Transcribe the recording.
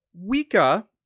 Wika